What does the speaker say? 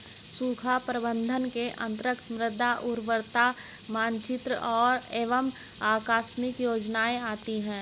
सूखा प्रबंधन के अंतर्गत मृदा उर्वरता मानचित्र एवं आकस्मिक योजनाएं आती है